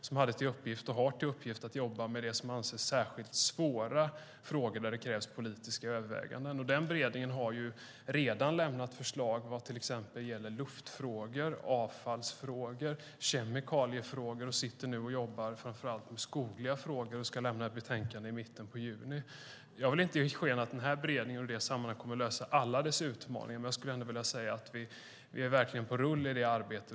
De hade till uppgift, och har till uppgift, att jobba med vad som anses vara särskilt svåra frågor där det krävs politiska överväganden. Den beredningen har redan lämnat förslag vad gäller till exempel luftfrågor, avfallsfrågor och kemikaliefrågor och sitter nu och jobbar med framför allt skogliga frågor. Beredningen ska lämna ett betänkande i mitten av juni. Jag vill inte ge sken av att beredningen i det sammanhanget kommer att lösa alla utmaningar, men vi är verkligen på rull i arbetet.